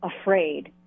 afraid